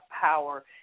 power